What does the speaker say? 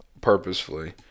Purposefully